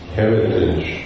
heritage